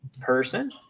person